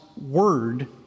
Word